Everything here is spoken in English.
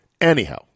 Anyhow